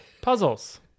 puzzles